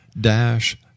dash